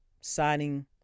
signing